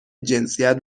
جنسیت